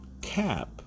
cap